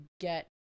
get